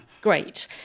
great